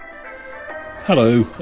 hello